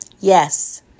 Yes